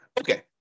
Okay